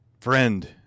friend